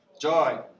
joy